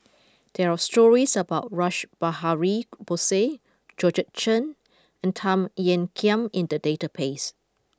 there are stories about Rash Behari Bose Georgette Chen and Tan Ean Kiam in the database